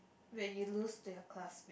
when you lose to your classmate